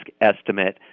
estimate